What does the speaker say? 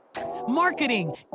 marketing